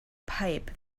pipe